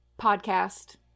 podcast